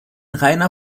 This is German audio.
reiner